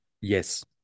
Yes